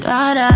God